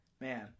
man